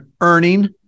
earning